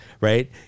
right